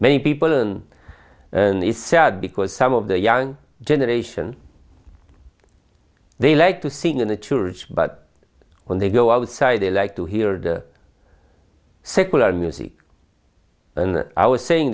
many people and it is sad because some of the young generation they like to sing in the church but when they go outside they like to hear the secular music and i was saying